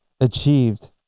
achieved